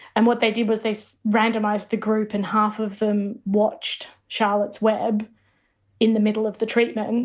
and what they did was they so randomized the group, and half of them watched charlotte's web in the middle of the treatment, and